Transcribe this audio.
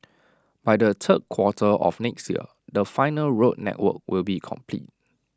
by the third quarter of next year the final road network will be complete